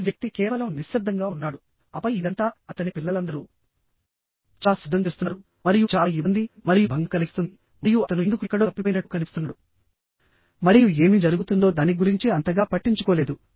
ఈ వ్యక్తి కేవలం నిశ్శబ్దంగా ఉన్నాడు ఆపై ఇదంతా అతని పిల్లలందరూ చాలా శబ్దం చేస్తున్నారు మరియు చాలా ఇబ్బంది మరియు భంగం కలిగిస్తుంది మరియు అతను ఎందుకు ఎక్కడో తప్పిపోయినట్లు కనిపిస్తున్నాడు మరియు ఏమి జరుగుతుందో దాని గురించి అంతగా పట్టించుకోలేదు